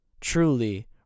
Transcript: truly